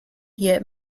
hier